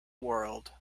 world